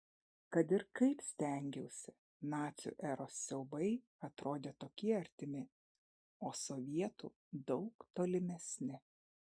kad ir kaip stengiausi nacių eros siaubai atrodė tokie artimi o sovietų daug tolimesni